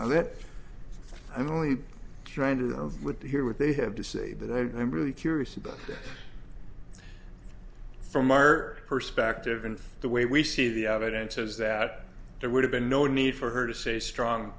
now that i'm only trying to do with here what they have to say that i'm really curious about from our perspective and the way we see the evidence is that there would have been no need for her to say strong